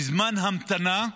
בזמן המתנה,